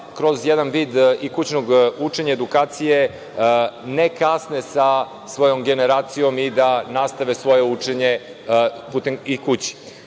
kroz jedan vid i kućnog učenja i edukacije ne kasne za svojom generacijom i da nastave svoje učenje i kod